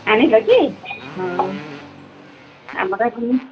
ଆଣିଲ କି ହଉ ଆମର ବି